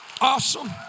Awesome